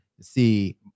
See